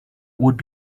would